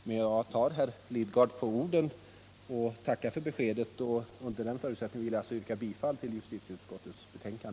Jag tar emellertid herr Lidgard på orden och tackar för beskedet. Under den här förutsättningen yrkar jag alltså bifall till justitieutskottets hemställan.